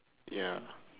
ya